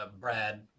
Brad